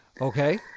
okay